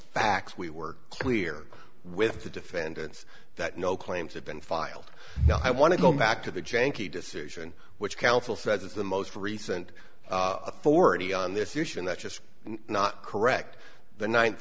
facts we were clear with the defendants that no claims have been filed i want to go back to the janky decision which counsel says is the most recent authority on this issue and that's just not correct the ninth